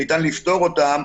שניתן לפתור אותן,